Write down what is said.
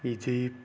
Egypt